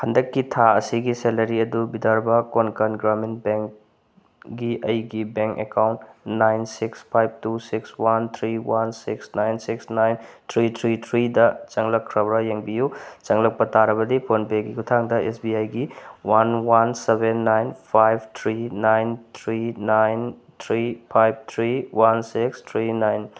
ꯍꯟꯗꯛꯀꯤ ꯊꯥ ꯑꯁꯤꯒꯤ ꯁꯦꯂꯦꯔꯤ ꯑꯗꯨ ꯕꯤꯗꯔꯕꯥ ꯀꯣꯟꯀꯥꯟ ꯒ꯭ꯔꯥꯃꯤꯟ ꯕꯦꯡꯒꯤ ꯑꯩꯒꯤ bank account nine six five two six one three one six nine six nine three three ꯊ꯭ꯔꯤꯗ ꯆꯪꯂꯛꯈ꯭ꯔꯕ꯭ꯔꯥ ꯌꯦꯡꯕꯤꯌꯨ ꯆꯪꯂꯛꯄ ꯇꯥꯔꯕꯗꯤ ꯐꯣꯟ ꯄꯦꯒꯤ ꯈꯨꯠꯊꯥꯡꯗ ꯑꯦꯁ ꯕꯤ ꯑꯥꯏꯒꯤ one one seven nine five three nine three nine three five three one six three nine